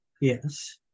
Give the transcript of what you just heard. Yes